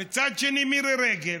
מצד שני מירי רגב,